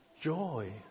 joy